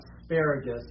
asparagus